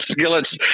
Skillet's